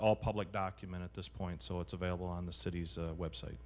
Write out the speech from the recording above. all public document at this point so it's available on the city's website